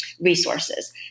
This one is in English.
resources